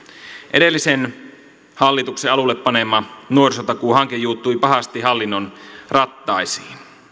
edellisen hallituksen alulle panema nuorisotakuuhanke juuttui pahasti hallinnon rattaisiin